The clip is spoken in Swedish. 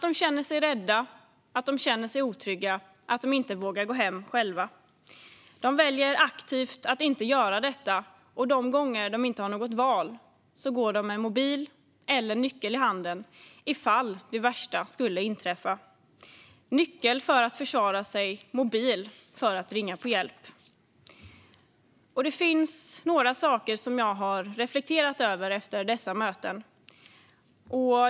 De känner sig rädda, de känner sig otrygga och vågar inte gå hem själva. De väljer aktivt att inte göra detta. De gånger de inte har något val går de med en mobil eller nyckel i handen ifall det värsta skulle inträffa. De har nyckel för att försvara sig, mobil för att ringa efter hjälp. Det finns några saker som jag har reflekterat över efter dessa möten.